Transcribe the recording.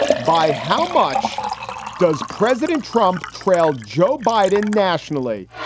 by how much does president trump trailed joe biden nationally?